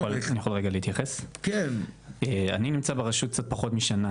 אני נמצא ברשות קצת פחות משנה,